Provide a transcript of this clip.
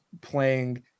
playing